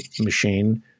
machine